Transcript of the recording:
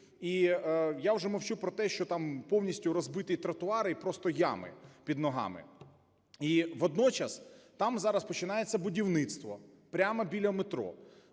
І я вже мовчу про те, що там повністю розбиті тротуари і просто ями під ногами. І водночас там зараз починається будівництво, прямо біля метро.